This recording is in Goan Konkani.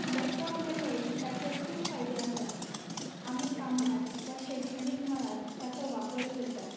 लेपटॉप म्हळ्ळें की ताचे खूब फायदे आसात आमी कामार वा शिक्षणीक मळार ताचो वापर करतात